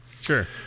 Sure